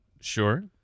Sure